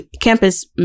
campus